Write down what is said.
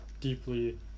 deeply